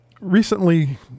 recently